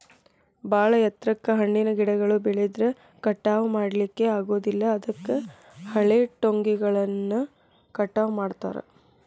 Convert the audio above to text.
ಬಾಳ ಎತ್ತರಕ್ಕ್ ಹಣ್ಣಿನ ಗಿಡಗಳು ಬೆಳದ್ರ ಕಟಾವಾ ಮಾಡ್ಲಿಕ್ಕೆ ಆಗೋದಿಲ್ಲ ಅದಕ್ಕ ಹಳೆಟೊಂಗಿಗಳನ್ನ ಕಟಾವ್ ಮಾಡ್ತಾರ